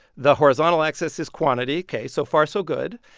the horizontal axis is quantity. ok, so far so good.